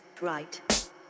Right